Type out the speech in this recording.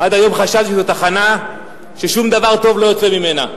עד היום חשבנו שזאת תחנה ששום דבר טוב לא יוצא ממנה,